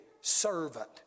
servant